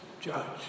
judge